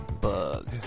bug